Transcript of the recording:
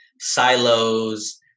Silos